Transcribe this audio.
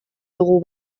dugu